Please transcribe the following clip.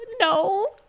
No